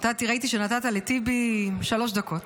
ראיתי שנתת לטיבי שלוש דקות.